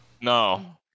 No